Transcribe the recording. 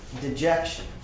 dejection